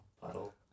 Puddle